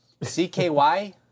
CKY